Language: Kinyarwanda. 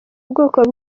bwoko